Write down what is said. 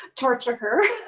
torture her.